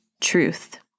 truth